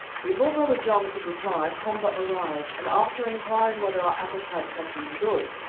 before brother john could reply, komba arrived, and after inquiring whether our appetites had been good,